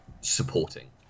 supporting